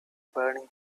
burning